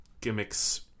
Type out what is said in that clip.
Gimmicks